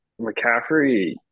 McCaffrey